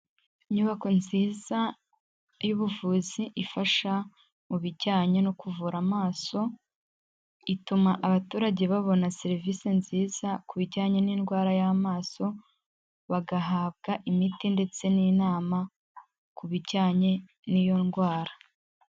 Inyubako nziza y'ubuvuzi ifasha mu bijyanye no kuvura amaso, ituma abaturage babona serivisi nziza ku bijyanye n'indwara y'amaso, bagahabwa imiti ndetse n'inama ku bijyanye n'iyo ndwara.